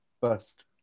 First